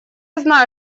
знаю